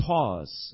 Pause